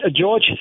George